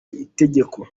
itegeko